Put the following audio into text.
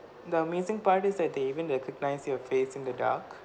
the amazing part is that they even recognise your face in the dark